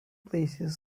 places